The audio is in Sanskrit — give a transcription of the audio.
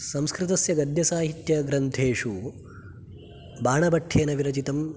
संस्कृतस्य गद्यसाहित्यग्रन्थेषु बाणभट्टेन विरचितं